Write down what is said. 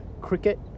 Cricket